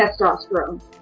testosterone